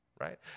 right